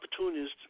opportunist